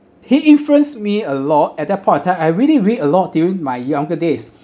he influence me a lot at that point of time I really read a lot during my younger days